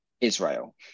israel